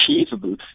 achievable